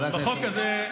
בדיוק הפוך ממה שאתה אומר.